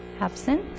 absent